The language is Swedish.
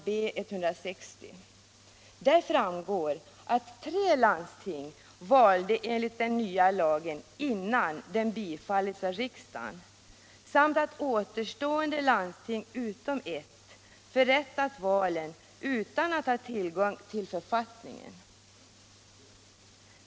B 160. Där framgår att tre landsting valde enligt den nya lagen innan den bifallits av riksdagen samt att återstående landsting, utom ett, förrättat valen utan att ha tillgång till författningen.